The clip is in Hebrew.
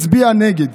הוא הצביע נגד.